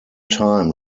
time